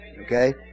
Okay